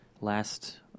last